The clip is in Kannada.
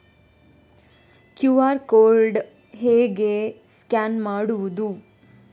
ಕ್ಯೂ.ಆರ್ ಕೋಡ್ ಹೇಗೆ ಸ್ಕ್ಯಾನ್ ಮಾಡುವುದು?